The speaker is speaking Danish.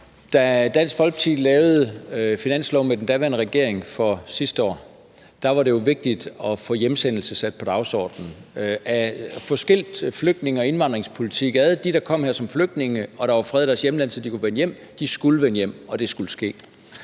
Da Dansk Folkeparti lavede finanslov med den daværende regering for sidste år, var det jo vigtigt at få hjemsendelse sat på dagsordenen, altså at få skilt flygtninge- og indvandrerpolitik ad, så de, der kom her som flygtninge, hvis der var fred i deres hjemland, så de kunne hjem, skulle